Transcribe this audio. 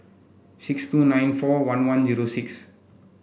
six two nine four one one zero six